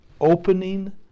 opening